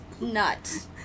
nuts